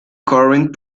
current